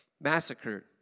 massacred